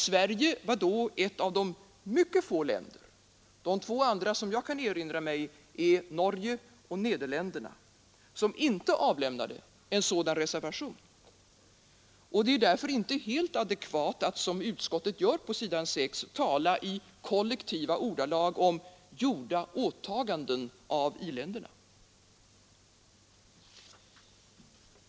Sverige var då ett av de mycket få länder — de två andra som jag kan erinra mig är Norge och Nederländerna — som inte avlämnade en sådan reservation, och det är därför inte helt adekvat att som utskottet gör på s. 6 tala i kollektiva ordalag om gjorda åtaganden av i-länderna.